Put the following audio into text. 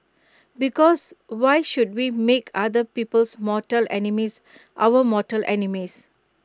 because why should we make other people's mortal enemies our mortal enemies